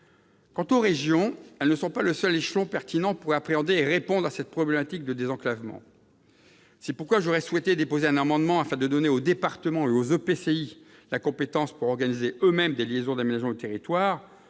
Quant aux régions, elles ne sont pas le seul échelon pertinent pour appréhender la problématique du désenclavement et y répondre. C'est pourquoi j'aurais souhaité déposer un amendement visant à donner aux départements et aux EPCI la compétence pour organiser eux-mêmes des liaisons d'aménagement du territoire,